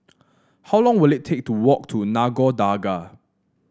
how long will it take to walk to Nagore Dargah